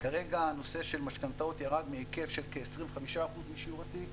כרגע הנושא של משכנתאות ירד מהיקף של כ-25% משיעור התיק